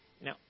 Now